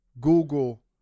Google